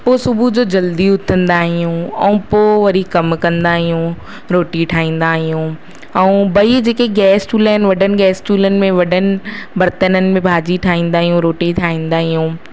पोइ सुबुह जो जल्दी उथंदा आहियूं ऐं पोइ वरी कम कंदा आहियूं रोटी ठाहींदा आहियूं ऐं ॿई जेके गैस चूल्हा आहिनि वॾनि गैस चूल्हनि में वॾनि बर्तननि में भाॼी ठाहिंदा आहियूं रोटी ठाहींदा आहियूं